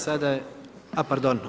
Sada je, a pardon.